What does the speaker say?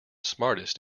smartest